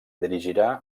dirigirà